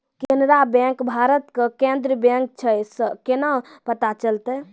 केनरा बैंक भारत के केन्द्रीय बैंक छै से केना पता चलतै?